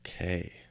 Okay